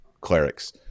clerics